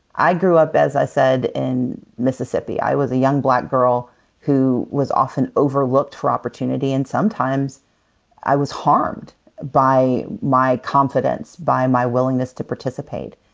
i grew up, as i said, in mississippi. i was a young black girl who was often overlooked for opportunity. and sometimes i was harmed by my confidence, by my willingness to participate.